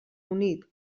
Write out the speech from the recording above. unit